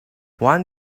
one